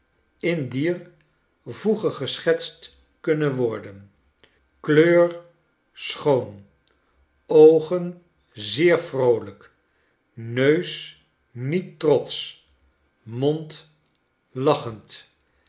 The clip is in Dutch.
in dier voege geschetst kunne worden kleur schoon oogen zeer vroolyk neus niet trotsch mond lachend